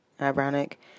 Ironic